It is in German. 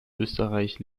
österreich